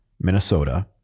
Minnesota